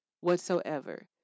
whatsoever